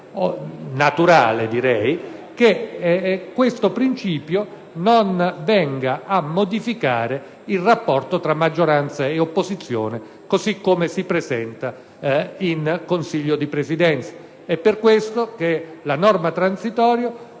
naturale che questo principio non giunga a modificare il rapporto tra maggioranza ed opposizione, così come si presenta in Consiglio di Presidenza. Per questo la norma transitoria